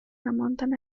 remontan